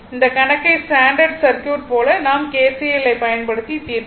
இந்த கணக்கை standard circuit போல நாம் kcl ஐப் பயன்படுத்தி தீர்ப்போம்